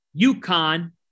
UConn